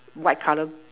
white colour